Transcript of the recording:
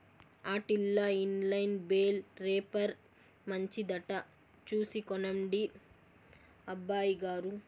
ఆటిల్ల inline bale wrapper మంచిదట చూసి కొనండి అబ్బయిగారు